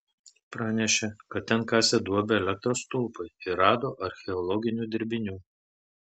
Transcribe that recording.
pranešė kad ten kasė duobę elektros stulpui ir rado archeologinių dirbinių